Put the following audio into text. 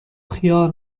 خیار